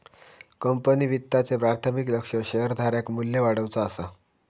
company वित्ताचे प्राथमिक लक्ष्य शेअरधारक मू्ल्य वाढवुचा असा